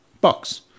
box